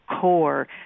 core